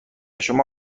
شما